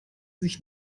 sich